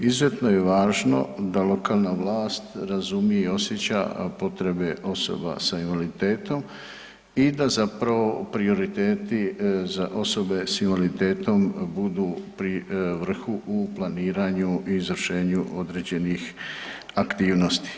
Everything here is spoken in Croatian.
Izuzetno je važno da lokalna vlast razumije i osjeća potrebe osoba s invaliditetom i da zapravo prioriteti za osobe s invaliditetom budu pri vrhu u planiranju i izvršenju određenih aktivnosti.